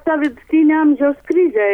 ta vidutinio amžiaus krizė